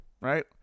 right